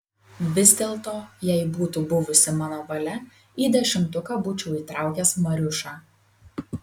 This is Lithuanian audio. vis dėlto jei būtų buvusi mano valia į dešimtuką būčiau įtraukęs mariušą